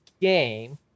game